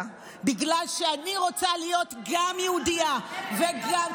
בגלל שאני רוצה להיות גם יהודייה וגם,